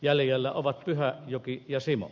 jäljellä ovat pyhäjoki ja simo